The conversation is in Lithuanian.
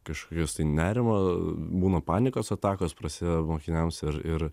kažkokios tai nerimo būna panikos atakos prasideda mokiniams ir ir